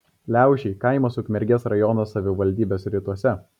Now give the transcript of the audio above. liaušiai kaimas ukmergės rajono savivaldybės rytuose